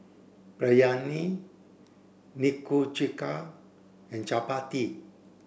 Biryani Nikujaga and Chapati